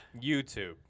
youtube